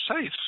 safe